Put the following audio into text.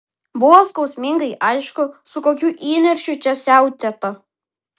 buvo skausmingai aišku su kokiu įniršiu čia siautėta